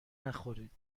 نخورید